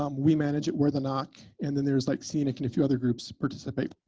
um we manage it. we're the noc, and then there's like scenic and a few other groups participate